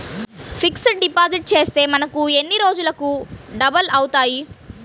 Fixed deposit చేస్తే మనకు ఎన్ని రోజులకు డబల్ అవుతాయి?